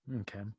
Okay